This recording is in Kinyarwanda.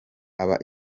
aba